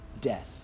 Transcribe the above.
death